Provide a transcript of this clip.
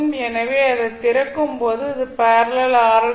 எனவே அதை திறக்கும் போது அது பேரலல் ஆர்